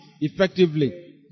effectively